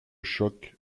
choc